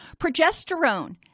Progesterone